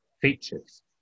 features